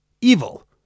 evil